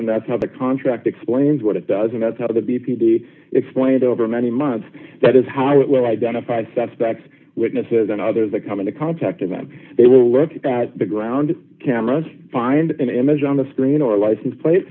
and that's how the contract explains what it does and that's how the b p t explained over many months that is how it will identify suspects witnesses and others that come into contact with them they will look at the ground camera and find an image on the screen or a license plate